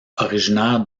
originaire